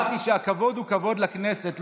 אמרתי שהכבוד הוא כבוד לכנסת,